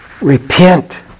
repent